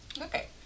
Okay